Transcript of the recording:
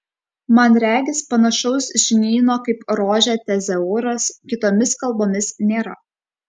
man regis panašaus žinyno kaip rože tezauras kitomis kalbomis nėra